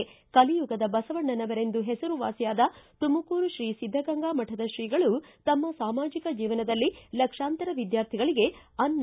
ಕಲಿಯುಗದ ಬಸವಣ್ಣನವರೆಂದು ಹೆಸರುವಾಸಿಯಾದ ತುಮಕೂರು ಶ್ರೀ ಸಿದ್ದಗಂಗಾ ಮಠದ ಶ್ರೀಗಳು ತಮ್ಮ ಸಾಮಾಜಿಕ ಜೀವನದಲ್ಲಿ ಲಕ್ಷಾಂತರ ವಿದ್ಯಾರ್ಥಿಗಳಿಗೆ ಅನ್ನ